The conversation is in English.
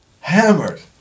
Hammered